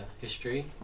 history